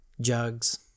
jugs